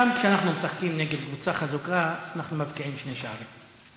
גם כשאנחנו משחקים נגד קבוצה חזקה אנחנו מבקיעים שני שערים.